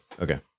Okay